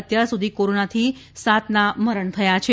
અત્યાર સુધી કોરોનાથી સાતના મરણ થયા છે